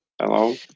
Hello